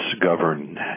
govern